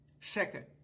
Second